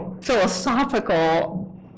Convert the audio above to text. philosophical